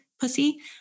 pussy